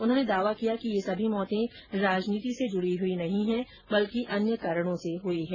उन्होंने दावा किया कि ये सभी मौतें राजनीति से जुड़ी नहीं हैं बल्कि अन्य कारणो से हुई हैं